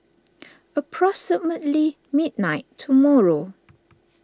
approximately midnight tomorrow